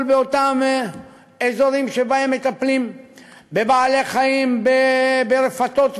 באותם אזורים שבהם מטפלים בבעלי-חיים ברפתות וכאלה,